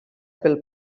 pel